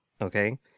okay